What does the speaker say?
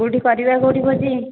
କେଉଁଠି କରିବା କେଉଁଠି ଭୋଜି